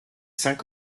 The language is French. cinq